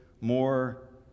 more